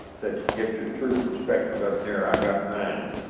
said to get your true perspective up there i got mine.